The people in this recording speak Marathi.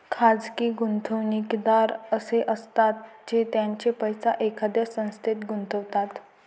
खाजगी गुंतवणूकदार असे असतात जे त्यांचे पैसे एखाद्या संस्थेत गुंतवतात